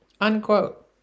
unquote